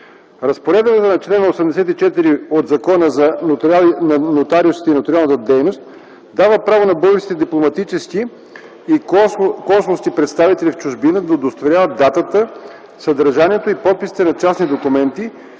Разпоредбата на чл. 84 от Закона за нотариусите и нотариалната дейност дава право на българските дипломатически и консулски представители в чужбина да удостоверяват датата, съдържанието и подписите на частни документи,